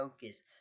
focus